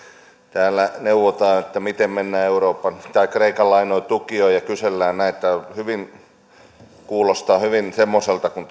täällä neuvotaan miten mennään kreikan lainoja tukemaan ja kysellään näitä niin että kuulostaa hyvin semmoiselta kuin